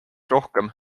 rohkem